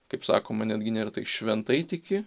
kaip sakoma netgi tvirtai šventai tiki